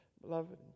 beloved